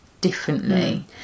differently